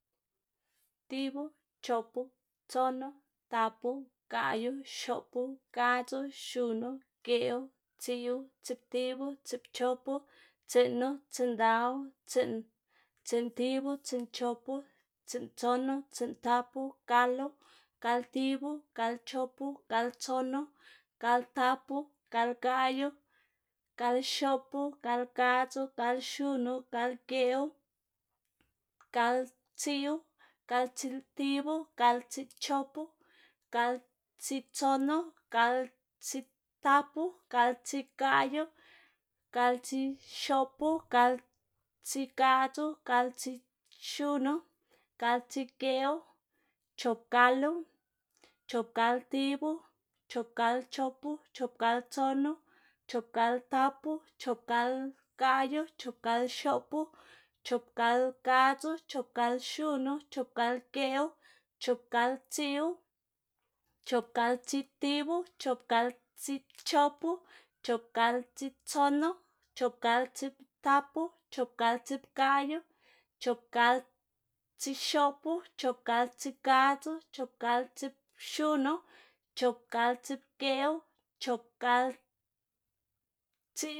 Tibu, chopu, tsonu, tapu, gaꞌyu, xopu, gadzu, xunu, geꞌwu, tsiꞌwu, tsiꞌptibu, tsiꞌpchopu, tsiꞌnu, tsiꞌndawu, tsiꞌn, tsiꞌntibu, tsiꞌnchopu, tsiꞌntsonu, tsiꞌntapu, galu, galtibu, galchopu, galtsonu, galtapu, galgaꞌyu, galxoꞌpu, galgadzu, galxunu, galgeꞌwu, galtsiꞌwu, galtsiꞌntibu, galtsiꞌpchopu, galtsiꞌtsonu, galtsiꞌtapu, galtsiꞌgaꞌyu, galtsiꞌxopu, galtsiꞌgadzu, galtsiꞌpxunu, galtsiꞌpgeꞌwu, chopgalu, chopgaltibu, chopgalchopu, chopgaltson, chopgaltapu, chopgalgaꞌyu, chopgalxopu, chopgalgadz, chopgalxunu, chopgalpgeꞌwu, chopgalptsiꞌwu, chopgalptsiꞌptibu, chopgalptsiꞌpchopu, chopgalptsiꞌptsonu, chopgalptsiꞌptapu, chopgalptsiꞌpgaꞌyu, chopgalptsiꞌxopu, chopgalptsiꞌpgadzu, chopgalptsiꞌpxunu, chopgalptsiꞌpgeꞌwu, chopgaltsiꞌ.